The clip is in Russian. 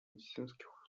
медицинских